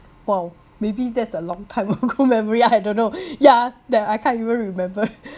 !wow! maybe that's a long time ago memory I don't know ya that I can't even remember